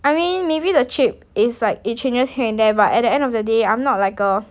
I mean maybe the chip is like it changes here and there but at the end of the day I'm not like a